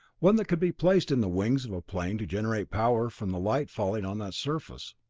one that could be placed in the wings of a plane to generate power from the light falling on that surface.